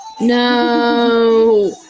No